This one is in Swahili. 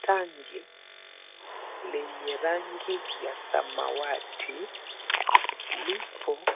Tangi lenye rangi ya samawati lipo